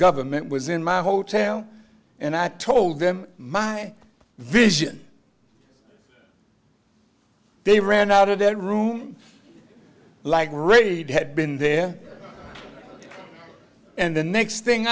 government was in my hotel and i told them my vision they ran out of their room like really had been there and the next thing